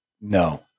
No